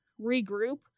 regroup